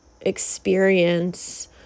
experience